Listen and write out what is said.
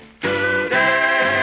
today